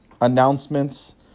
announcements